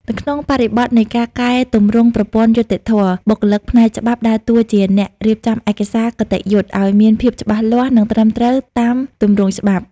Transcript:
នៅក្នុងបរិបទនៃការកែទម្រង់ប្រព័ន្ធយុត្តិធម៌ បុគ្គលិកផ្នែកច្បាប់ដើរតួជាអ្នករៀបចំឯកសារគតិយុត្តិឱ្យមានភាពច្បាស់លាស់ និងត្រឹមត្រូវតាមទម្រង់ច្បាប់។